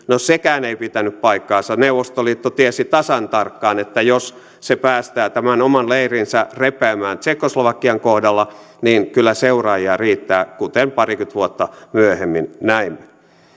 no sekään ei pitänyt paikkaansa neuvostoliitto tiesi tasan tarkkaan että jos se päästää tämän oman leirinsä repeämään tsekkoslovakian kohdalla niin kyllä seuraajia riittää kuten parikymmentä vuotta myöhemmin näimme